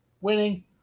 winning